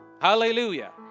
Hallelujah